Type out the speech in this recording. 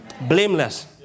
Blameless